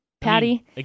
Patty